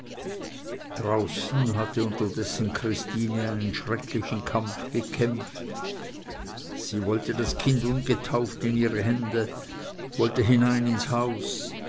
draußen hatte unterdessen christine einen schrecklichen kampf gekämpfet sie wollte das kind ungetauft in ihre hände wollte hinein ins haus